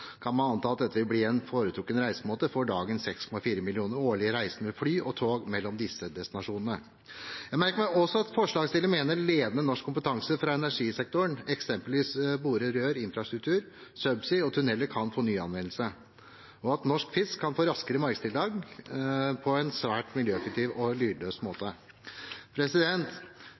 kan man anta at dette vil bli en foretrukket reisemåte for dagens 6,4 millioner årlig reisende med fly og tog mellom disse destinasjonene. Jeg merker meg også at forslagsstilleren mener ledende norsk kompetanse fra energisektoren, eksempelvis innen boring, rør, infrastruktur, subsea og tuneller, kan få ny anvendelse, og at norsk fisk kan få raskere markedstilgang på en svært miljøeffektiv og lydløs måte.